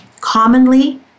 commonly